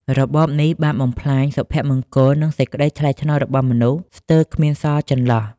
របបនេះបាន បំផ្លាញសុភមង្គលនិងសេចក្តីថ្លៃថ្នូររបស់មនុស្ស ស្ទើរគ្មានសល់ចន្លោះ ។